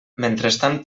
mentrestant